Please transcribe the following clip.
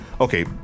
Okay